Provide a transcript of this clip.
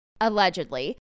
allegedly